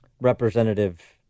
Representative